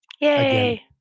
Yay